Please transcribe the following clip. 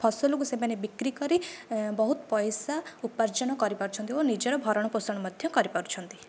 ଫସଲ କୁ ସେମାନେ ବିକ୍ରି କରି ବହୁତ ପଇସା ଉପାର୍ଜନ କରିପାରୁଛନ୍ତି ଓ ନିଜର ଭରଣପୋଷଣ ମଧ୍ୟ କରିପାରୁଛନ୍ତି